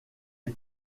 est